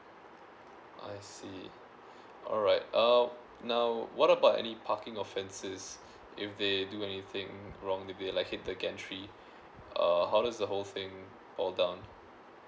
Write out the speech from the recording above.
I see alright um now what about any parking offences if they do anything wrong maybe like hit the gantry err how is the whole thing all down